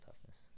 toughness